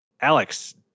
alex